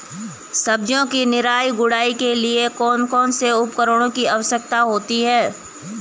सब्जियों की निराई गुड़ाई के लिए कौन कौन से उपकरणों की आवश्यकता होती है?